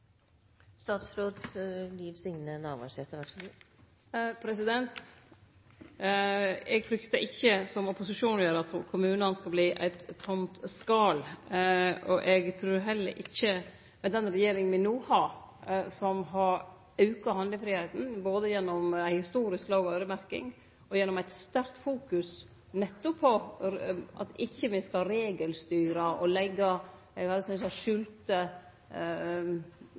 Eg fryktar ikkje, slik opposisjonen gjer, at kommunane skal verte eit tomt skal. Den regjeringa me no har, har auka handlefridomen, både gjennom ei historisk låg øyremerking og gjennom eit sterkt fokus på at me ikkje skal regelstyre og leggje – nær sagt – skjulte pålegg inn i kommuneramma. Det har vore gjort av tidlegare regjeringar; ein har lagt ei